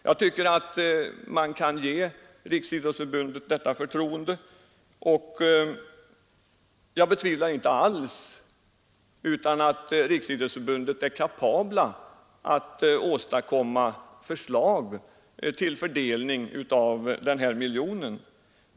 Jag tycker man bör ge Riksidrottsförbundet detta förtroende; jag betvivlar inte alls att förbundet är kapabelt att komma med kloka förslag till fördelning av den här miljonen.